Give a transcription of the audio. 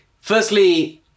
firstly